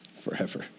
forever